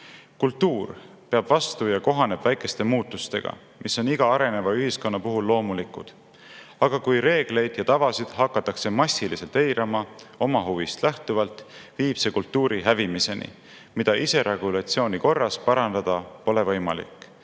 Kultuur peab vastu ja kohaneb väikeste muutustega, mis on iga areneva ühiskonna puhul loomulikud. Aga kui reegleid ja tavasid hakatakse massiliselt eirama omahuvist lähtuvalt, viib see kultuuri hävimiseni, mida iseregulatsiooni korras parandada pole võimalik.